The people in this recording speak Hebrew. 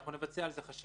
אנחנו נבצע על זה חשיבה,